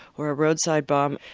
or a roadside bomb,